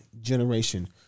generation